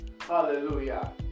Hallelujah